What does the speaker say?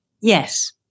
Yes